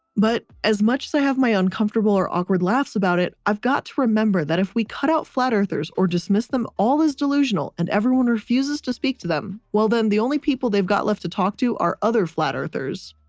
but, as much as i have my uncomfortable or awkward laughs about it, i've got to remember that if we cut out flat-earthers or dismiss them all as delusional and everyone refuses to speak to them, well then the only people they've got left to talk to are other flat-earthers.